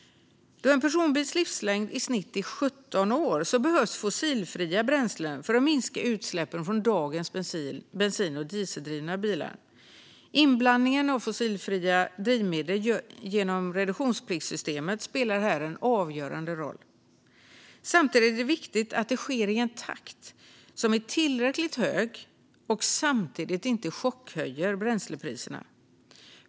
En personbils livslängd är i snitt 17 år, och därför behövs fossilfria bränslen för att minska utsläppen från dagens bensin och dieseldrivna bilar. Inblandningen av fossilfria drivmedel genom reduktionspliktssystemet spelar här en avgörande roll. Samtidigt är det viktigt att det sker i en takt som är tillräckligt hög och samtidigt inte chockhöjer bränslepriserna.